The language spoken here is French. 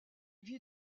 vit